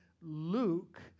Luke